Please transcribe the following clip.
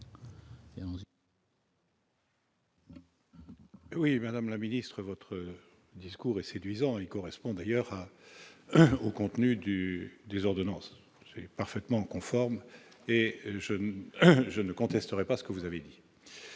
Oui, madame la ministre, votre discours est séduisant et il correspond d'ailleurs au contenu du des ordonnances parfaitement conforme et je ne contesterai pas ce que vous avez dit